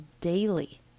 daily